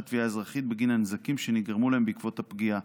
תביעה אזרחית בגין הנזקים שנגרמו להם בעקבות הפגיעה,